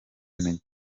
bumenyi